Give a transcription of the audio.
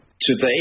today